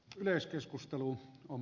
yleiskeskustelu on